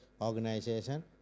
organization